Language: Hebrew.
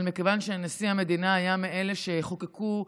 אבל מכיוון שנשיא המדינה היה מאלה שחוקקו,